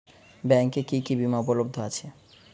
ব্যাংকে কি কি বিমা উপলব্ধ আছে?